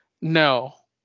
No